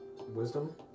wisdom